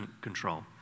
control